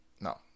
no